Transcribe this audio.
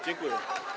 Dziękuję.